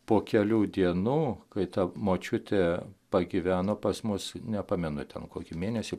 po kelių dienų kai ta močiutė pagyveno pas mus nepamenu ten kokį mėnesį